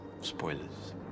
Spoilers